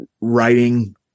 writing